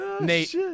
Nate